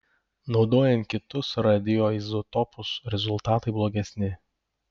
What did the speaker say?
naudojant kitus radioizotopus rezultatai blogesni